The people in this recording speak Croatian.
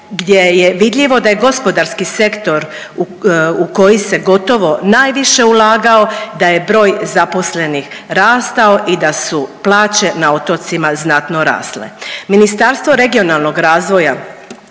gdje je vidljivo da je gospodarski sektor u koji se gotovo najviše ulagao, da je broj zaposlenih rastao i da su plaće na otocima znatno rasle. Ministarstvo regionalnog razvoja